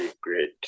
great